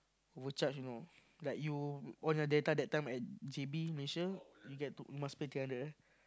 overcharge you know like you on your data that time at J_B Malaysia you get to must pay three hundred ah